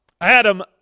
Adam